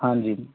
ہاں جی